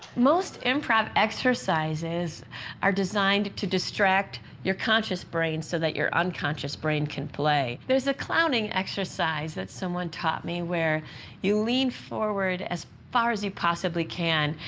most improv exercises are designed to distract your conscious brain so that your unconscious brain can play. there's a clowning exercise that someone taught me where you lean forward as far as you possibly can,